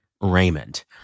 Raymond